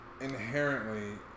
inherently